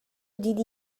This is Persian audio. دیدی